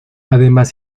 además